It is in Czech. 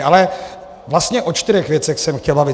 Ale vlastně o čtyřech věcech jsem chtěl mluvit.